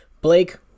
Blake